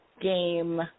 game –